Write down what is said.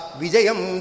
vijayam